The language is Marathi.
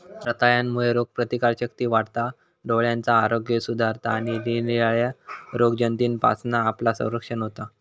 रताळ्यांमुळे रोगप्रतिकारशक्ती वाढता, डोळ्यांचा आरोग्य सुधारता आणि निरनिराळ्या रोगजंतूंपासना आपला संरक्षण होता